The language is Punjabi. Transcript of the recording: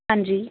ਹਾਂਜੀ